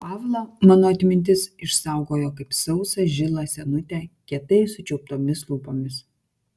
pavlą mano atmintis išsaugojo kaip sausą žilą senutę kietai sučiauptomis lūpomis